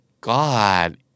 God